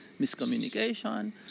miscommunication